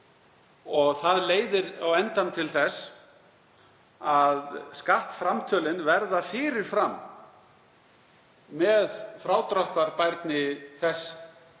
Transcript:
og það leiðir á endanum til þess að skattframtölin verða fyrir fram með frádráttarbærni þess framlags